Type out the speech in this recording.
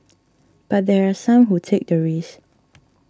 but there are some who take the risk